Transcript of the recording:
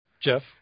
Jeff